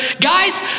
Guys